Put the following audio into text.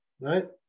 right